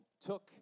took